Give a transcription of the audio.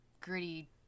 gritty